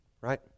right